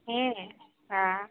હેં હા